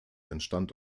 entstand